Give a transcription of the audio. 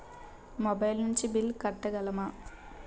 Mobile నుంచి bill కట్టగలమ?